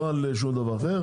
לא על שום דבר אחר.